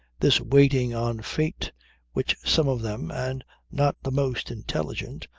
this waiting on fate which some of them, and not the most intelligent,